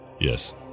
yes